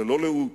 ללא לאות,